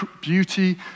beauty